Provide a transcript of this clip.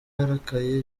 yarakaye